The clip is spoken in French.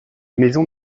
maison